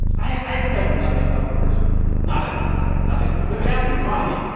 i i expected nothing of france. not not i didn't expect nothing of it. but matthew mccartney.